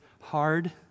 hard